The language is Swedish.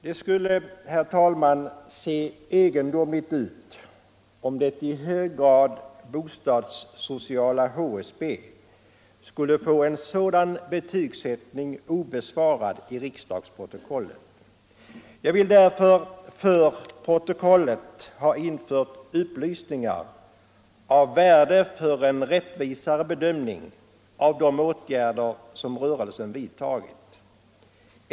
Det skulle, herr talman, se egendomligt ut om en sådan betygsättning av den i hög grad bostadssociala HSB-rörelsen skulle få stå oemotsagd i protokollet. Därför vill jag i kammarens protokoll ha infört upplysningar av värde för en mera rättvis bedömning av de åtgärder som rörelsen har vidtagit.